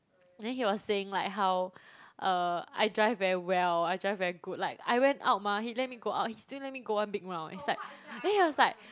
then he was saying like how uh I drive very well I drive very good like I went out mah he let me go out he still let me go one big round eh it's like then he was like